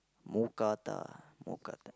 mookata mookata